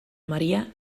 maria